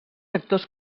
actors